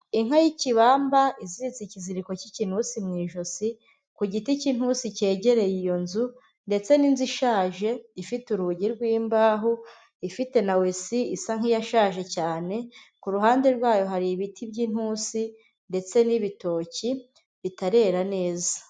Inka y'ikibamba, iziritse ikiziriko cy'ikinyusi mu ijosi, ku giti cy'inturusu cyegereye iyo nzu, ndetse n'inzu ishaje ifite urugi rw'imbaho, ifite na wesi isa nk'iyashaje cyane, ku ruhande rwayo hari ibiti by'inturusu, ndetse n'ibitoki bitarera neza.